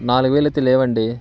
నాలుగు వేలు అయితే లేవండి